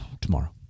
tomorrow